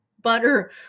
butter